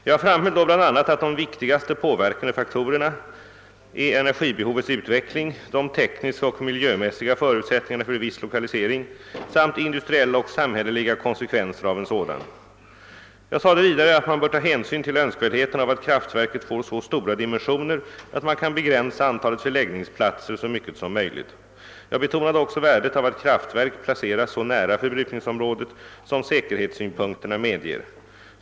Jag framhöll då bl.a. att de viktigaste påverkande faktorerna är energibehovets utveckling, de tekniska och miljömässiga förutsättningarna för viss lokalisering samt industriella och samhälleliga konsekvenser av en sådan. Jag sade vidare att man bör ta hänsyn till önskvärdheten av att kraftverket får så stora dimensioner att man kan begränsa antalet förläggningsplatser så mycket som möjligt. Jag betonade också värdet av att kraftverk placeras så nära förbrukningsområdet som <säkerhetssynpunkterna medger.